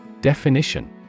Definition